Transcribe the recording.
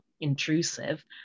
intrusive